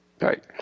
Right